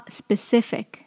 specific